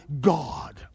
God